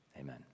Amen